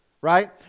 right